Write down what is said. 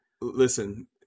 listen